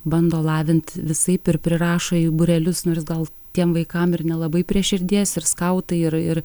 bando lavint visaip ir prirašo į būrelius nors gal tiem vaikam ir nelabai prie širdies ir skautai ir ir